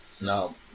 No